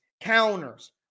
counters